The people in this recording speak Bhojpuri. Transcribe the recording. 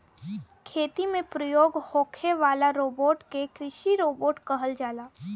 खेती में प्रयोग होखे वाला रोबोट के कृषि रोबोट कहल जाला